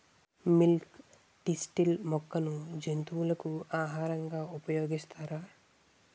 Milk thistle మొక్కను జంతువులకు ఆహారంగా ఉపయోగిస్తారా?